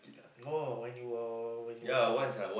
oh when you were when you was young ah